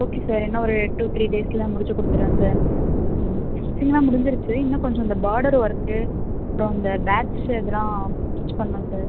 okay sir இன்னும் ஒரு two three டேஸ்ஸில் முடித்து கொடுத்துட்றேன் சார் ம் ஸ்டிச்சிங்ல்லாம் முடிஞ்சுருச்சு இன்னும் கொஞ்சம் இந்த பார்டர் ஒர்க்கு அப்புறம் இந்த பேட்ச்சு இதுலாம் ஸ்டிச் பண்ணும் சார்